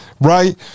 Right